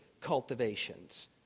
cultivations